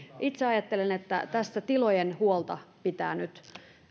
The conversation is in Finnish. itse ajattelen että tässä tilojen huolta pitää nyt